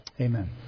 Amen